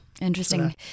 Interesting